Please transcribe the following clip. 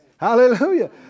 Hallelujah